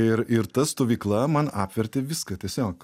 ir ir ta stovykla man apvertė viską tiesiog